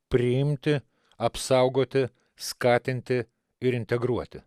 priimti apsaugoti skatinti ir integruoti